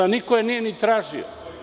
Niko je nije ni tražio.